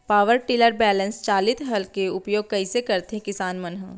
Power tiller बैलेंस चालित हल के उपयोग कइसे करथें किसान मन ह?